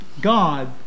God